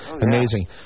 amazing